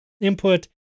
input